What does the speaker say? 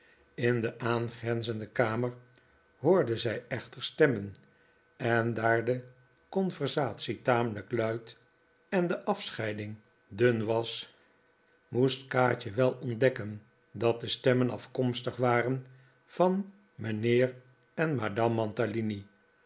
in de aangrenzende kamer hoorde zij echter stemmen en daar de conversatie tamelijk luid en de afscheiding dun was moest kaatje wel ontdekken dat de stemmen afkomstig waren van mijnheer en madame